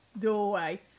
doorway